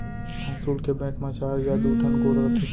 पौंसुल के बेंट म चार या दू ठन गोड़ रथे